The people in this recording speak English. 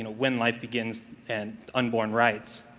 and when life begins and unborn rights.